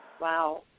Wow